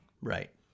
Right